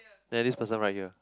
then this person right here